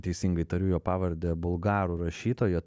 teisingai tariu jo pavardę bulgarų rašytojo